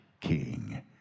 king